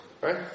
Right